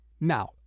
now